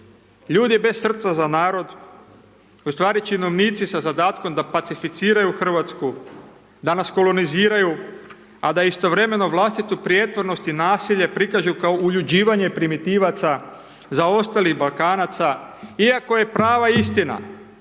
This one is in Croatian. ljudi bez srca za narod, u stvari činovnici sa zadatkom da pacificiraju Hrvatsku da nas koloniziraju, a da istovremeno vlastitu prijetvornost i nasilje prikažu kao uljuđivanje primitivaca, zaostalih balkanaca, iako je prava istina